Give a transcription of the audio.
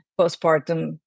postpartum